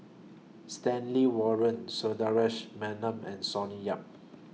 Stanley Warren Sundaresh Menon and Sonny Yap